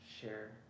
share